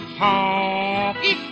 honky